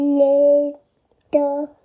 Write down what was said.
little